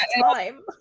time